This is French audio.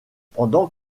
pendant